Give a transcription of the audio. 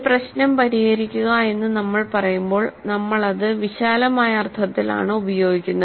ഒരു പ്രശ്നം പരിഹരിക്കുക എന്ന് നമ്മൾ പറയുമ്പോൾ നമ്മൾ അത് വിശാലമായ അർത്ഥത്തിലാണ് ഉപയോഗിക്കുന്നത്